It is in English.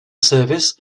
service